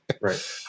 right